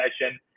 session